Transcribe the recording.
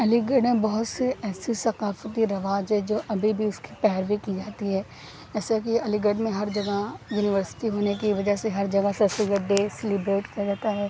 علی گڑھ میں بہت سے ایسے ثقافتی رواج ہے جو ابھی بھی اس کی پیروی کی جاتی ہے جیسا کہ علی گڑھ میں ہر جگہ یونیورسٹی ہونے کی وجہ سے ہر جگہ سر سید ڈے سلیبریٹ کیا جاتا ہے